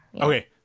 Okay